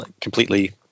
completely